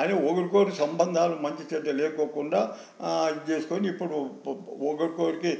అయినా ఒకరికొకరికి సంబంధాలు మంచి చెడ్డలు లేకుండా ఇది చేసుకుని ఇప్పుడు ఒకరికి ఒకరికి